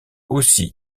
aussi